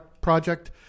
project